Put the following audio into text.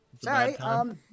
Sorry